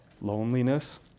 loneliness